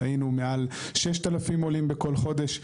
ראינו מעל 6,000 עולים בכל חודש.